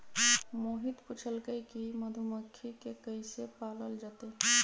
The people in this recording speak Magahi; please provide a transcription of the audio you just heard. मोहित पूछलकई कि मधुमखि के कईसे पालल जतई